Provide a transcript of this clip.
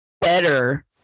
better